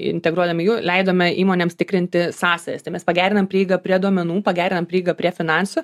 integruodami jų leidome įmonėms tikrinti sąsajas tai mes pagerinam prieigą prie duomenų pagerinam prieigą prie finansų